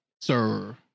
Sir